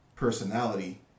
personality